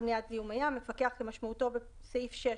""מפקח למניעת זיהום הים" מפקח כמשמעותו בסעיף 6